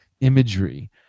imagery